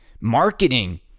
Marketing